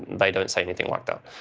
they don't say anything like that.